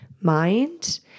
mind